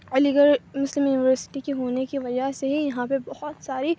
علی گڑھ Muslim university کی ہونے کی وجہ سے ہی یہاں پہ بہت ساری